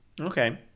Okay